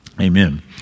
amen